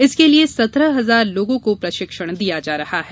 इसके लिए सत्रह हजार लोगों को प्रशिक्षण दिया जा रहा है